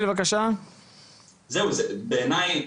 בעיניי,